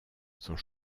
sont